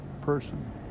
person